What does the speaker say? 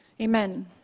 Amen